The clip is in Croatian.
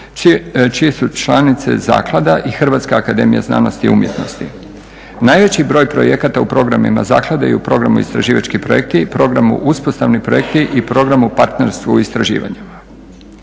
čije su članice zaklada i Hrvatska akademija znanosti i umjetnosti. Najveći broj projekata u programima zaklade i u programu Istraživački projekti, programu Uspostavni projekti i programu Partnerstvo u istraživanju.